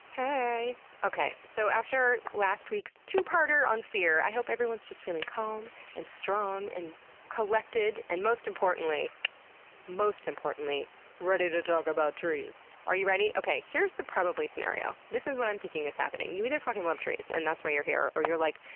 okay, so after last week's two-parter on fear, i hope everyone's just feeling calm, and strong, and collected, and most importantly most importantly ready to talk about trees. are you ready? okay, here's the probably scenario, this is what i'm thinking is happening you either fucking love trees, and that's why you're here, or you're like,